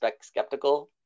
skeptical